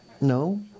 No